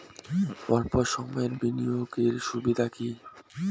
অল্প সময়ের বিনিয়োগ এর সুবিধা কি?